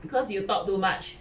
because you talk too much